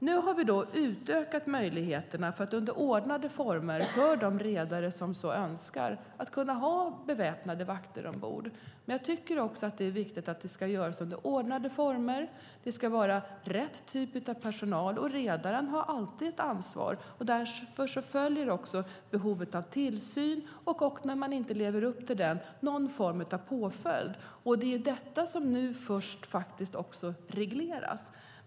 Nu har vi utökat möjligheterna för de redare som så önskar att under ordnade former ha beväpnade vakter ombord. Det är viktigt att det sker under ordnade former. Det ska vara rätt typ av personal. Redaren har alltid ett ansvar. Därav följer behovet av tillsyn, samt någon form av påföljd om man inte lever upp till kraven. Det är detta som först nu regleras.